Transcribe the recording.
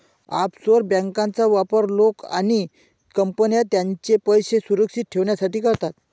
offshore बँकांचा वापर लोक आणि कंपन्या त्यांचे पैसे सुरक्षित ठेवण्यासाठी करतात